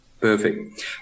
Perfect